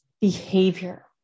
behavior